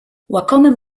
łakomym